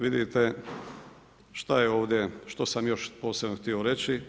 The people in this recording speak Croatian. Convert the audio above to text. Vidite šta je ovdje, što sam još posebno htio reći.